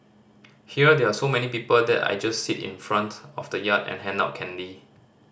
here there so many people that I just sit in the front of the yard and hand out candy